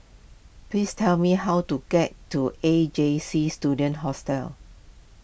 please tell me how to get to A J C Student Hostel